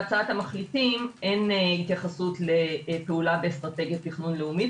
בהצעת המחליטים אין התייחסות לפעולה באסטרטגיית תכנון לאומי,